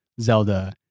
Zelda